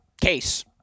Case